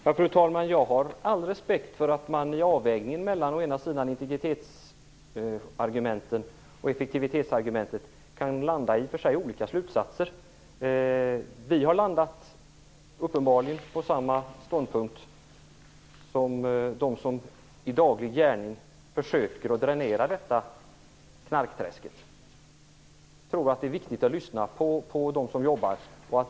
Fru talman! Jag har all respekt för att man i avvägningen mellan integritetsargument och effektivitetsargument kan landa i olika slutsatser. Vi har uppenbarligen landat i samma ståndpunkt som de som i daglig gärning försöker att dränera detta knarkträsk. Jag tror att det är viktigt att lyssna på dem som jobbar.